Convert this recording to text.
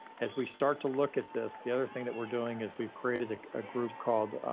as we start to look at this, the other thing that we're doing is we've created a group called